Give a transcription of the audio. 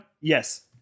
Yes